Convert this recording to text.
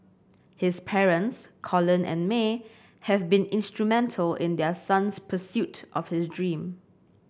his parents Colin and May have been instrumental in their son's pursuit of his dream